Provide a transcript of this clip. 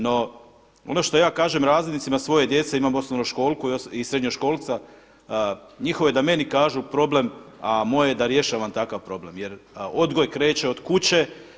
No ono što ja kažem razrednicima svoje djece, imam osnovnoškolku i srednjoškolca, njihovo je da meni kažu problem, a moje je da rješavam takav problem jer odgoj kreće od kuće.